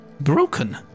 broken